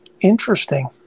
interesting